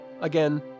Again